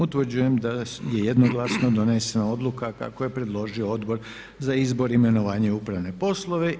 Utvrđujem da je jednoglasno donesena odluka kako je predložio Odbor za izbor, imenovanje i upravne poslove.